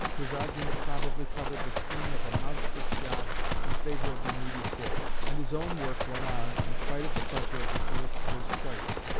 his argument probably covered the scheme of a monstrous job in favour of the needy court. and his own work went on in spite of the pressure of the solicitor's place.